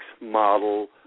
model